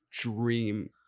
dream